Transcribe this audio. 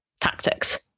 tactics